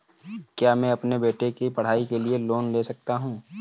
क्या मैं अपने बेटे की पढ़ाई के लिए लोंन ले सकता हूं?